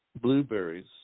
blueberries